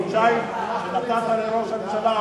החודשיים שנתת לראש הממשלה,